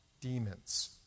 demons